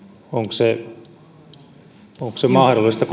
onko se mahdollista